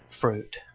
fruit